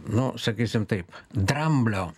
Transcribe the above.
nu sakysim taip dramblio